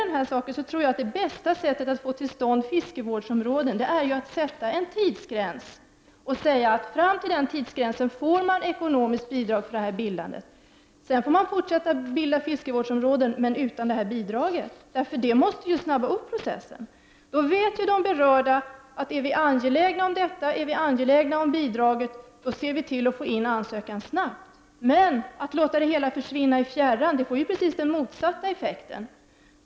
Det bästa sättet att få till stånd fiskevårdsområden är att sätta upp en tidsgräns och säga att man fram till den tidsgränsen får bidrag till bildandet av sådana. Vill man sedan bilda nya fiskevårdsområden, får man göra det utan bidraget. En sådan ordning måste snabba upp processen. Då ser de berörda som är angelägna om att få bidraget till att få in en ansökan snabbt. Men om man låter det hela försvinna i fjärran, får det motsatt effekt.